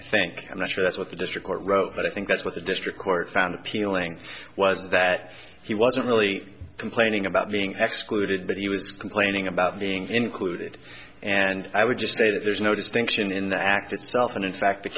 i think i'm not sure that's what the district court wrote but i think that's what the district court found appealing was that he wasn't really complaining about being executed but he was complaining about being included and i would just say that there's no distinction in the act itself and in fact the